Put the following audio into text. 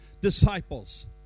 disciples